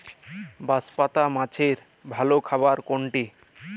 বাঁশপাতা মাছের ভালো খাবার কোনটি?